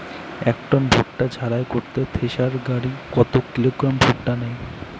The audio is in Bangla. এক টন ভুট্টা ঝাড়াই করতে থেসার গাড়ী কত কিলোগ্রাম ভুট্টা নেয়?